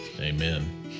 Amen